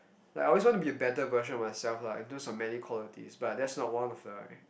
like I always want to be a better version of myself lah in terms of many qualities but that's not one of the~